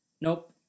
Nope